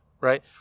right